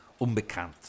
Unbekannt